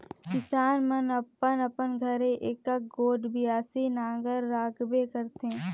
किसान मन अपन अपन घरे एकक गोट बियासी नांगर राखबे करथे